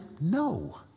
No